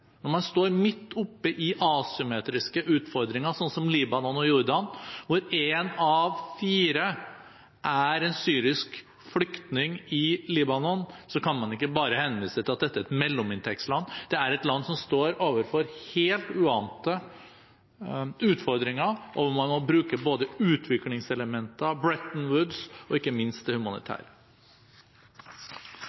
Når man står midt oppe i asymmetriske utfordringer, slik som Libanon og Jordan hvor en av fire er en syrisk flyktning i Libanon, kan man ikke bare henvise til at dette er et mellominntektsland. Det er et land som står overfor helt uante utfordringer, og hvor man må bruke både utviklingselementer og Bretton Woods og ikke minst det